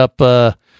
up